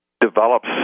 develops